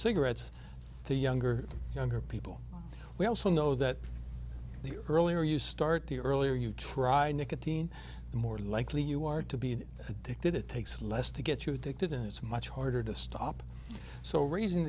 cigarettes to younger younger people we also know that the earlier you start the earlier you try nicotine the more likely you are to be addicted it takes less to get you addicted and it's much harder to stop so raising